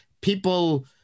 people